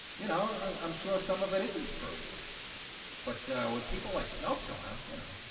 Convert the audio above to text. you know, i'm sure some of it isn't true but with people like snopes around, you know,